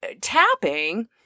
tapping